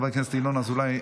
חבר הכנסת ינון אזולאי,